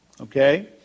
Okay